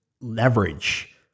leverage